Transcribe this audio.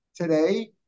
today